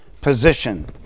position